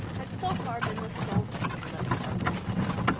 had so far been the sole patron of the jungle queen.